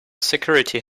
security